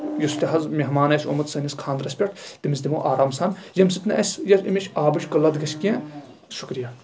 یُس تہِ حظ مٮ۪ہمان آسہِ آمُت سٲنِس خانٛدرَس پٮ۪ٹھ تٔمِس دِمو آرام سان ییٚمہِ سۭتۍ نہٕ اَسہِ ییٚمِچ آبٕچ کٕلتھ گژھِ کیٚنٛہہ شُکرِیا